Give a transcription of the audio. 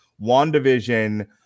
WandaVision